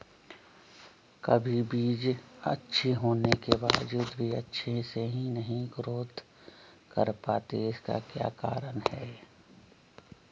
कभी बीज अच्छी होने के बावजूद भी अच्छे से नहीं ग्रोथ कर पाती इसका क्या कारण है?